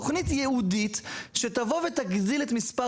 תוכנית ייעודית שתבוא ותגדיל את מספר